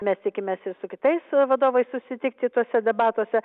mes tikimės ir su kitais vadovais susitikti tuose debatuose